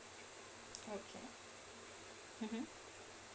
okay mmhmm